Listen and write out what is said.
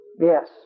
Yes